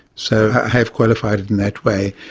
so i have qualified it in that way.